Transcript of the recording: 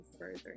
further